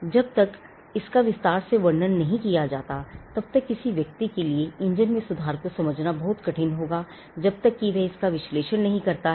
जब तक इसका विस्तार से वर्णन नहीं किया जाता है तब तक किसी व्यक्ति के लिए इंजन में सुधार को समझना बहुत कठिन होगा जब तक कि वह इसका विश्लेषण नहीं करता है